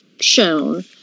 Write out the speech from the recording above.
shown